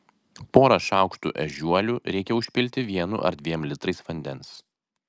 porą šaukštų ežiuolių reikia užpilti vienu ar dviem litrais vandens